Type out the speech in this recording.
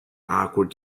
awkward